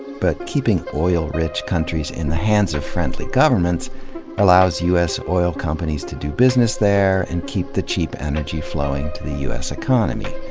but keeping oil-rich countries in the hands of friendly governments allows u s. oil companies to do business there and keep the cheap energy flowing to the u s. economy.